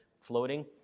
floating